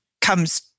comes